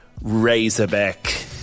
Razorback